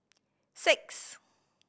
six